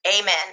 Amen